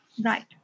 Right